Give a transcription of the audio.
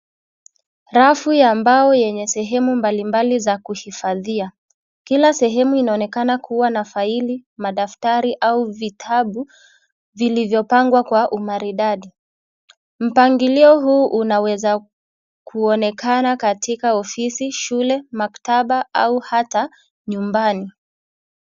Rafu ya mbao yenye sehemu mbalimbali za kuhifadhia. Kila sehemu inonekana kuwa na faili, madaftari au vitabu vilivyopangwa kwa umaridadi. Mpangilio huu unaweza kuonekana katika ofisi, shule, maktaba au hata nyumbani.